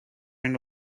end